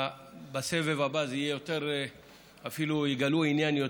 ובסבב הבא יגלו יותר עניין.